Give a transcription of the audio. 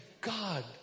God